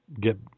get